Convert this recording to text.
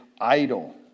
idle